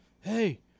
Hey